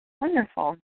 Wonderful